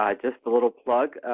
ah just a little plug.